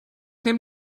neben